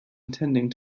intending